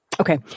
Okay